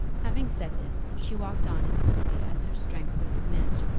having said this, she walked on as quickly as her strength would permit,